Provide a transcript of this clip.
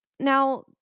Now